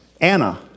Anna